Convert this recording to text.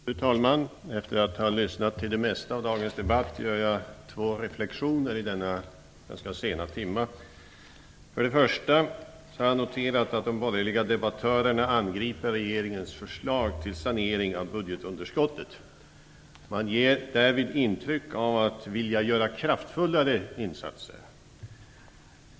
Fru talman! Efter att ha lyssnat till det mesta i dagens debatt gör jag två reflektioner i denna ganska sena timma. Den första är att jag noterat att de borgerliga debattörerna angriper regeringens förslag till sanering av budgetunderskottet. Man ger därvid intrycket av att vilja göra kraftfullare insatser.